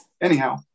anyhow